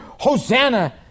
Hosanna